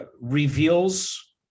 reveals